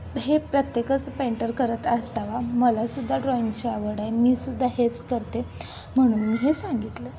हे प्रत्येकच पेंटर करत असावा मलासुद्धा ड्रॉईंगची आवड आहे मी सुुद्धा हेच करते म्हणून मी हे सांगितलं